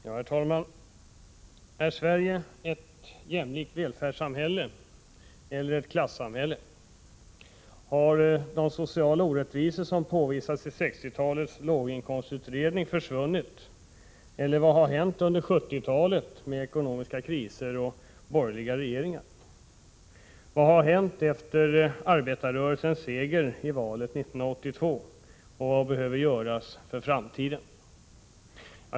Herr talman! Är Sverige ett jämlikt välfärdssamhälle eller ett klassamhälle? Har de sociala orättvisor som påvisades i 1960-talets låginkomstutredning försvunnit eller vad har hänt under 1970-talet med ekonomiska kriser och borgerliga regeringar? Vad har hänt efter arbetarrörelsens seger i valet 1982, och vad behöver göras för framtiden?